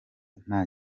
nta